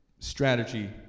strategy